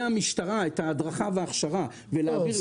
המשטרה את ההדרכה וההכשרה ולהעביר לגוף אזרחי.